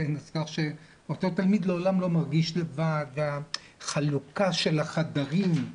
ואותו תלמיד לעולם לא מרגיש לבד והחלוקה של החדרים,